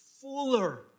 fuller